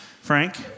Frank